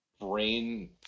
brain